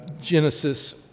Genesis